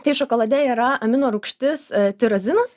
tai šokolade yra amino rūgštis tirozinas